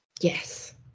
Yes